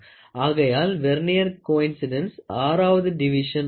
ஆகையால் vernier coincidents ஆறாவது division ஆகும்